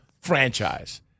franchise